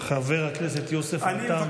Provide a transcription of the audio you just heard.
חבר הכנסת יוסף עטאונה,